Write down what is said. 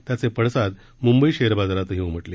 त्याचे पडसाद म्ंबई शेअर बाजारातही उमटले